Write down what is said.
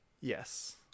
Yes